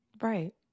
Right